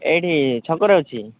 ଏଇଠି ଛକରେ ଅଛି